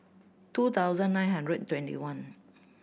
two thousand nine hundred twenty one